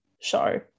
show